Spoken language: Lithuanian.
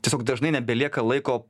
tiesiog dažnai nebelieka laiko